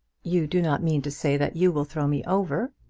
you do not mean to say that you will throw me over?